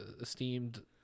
esteemed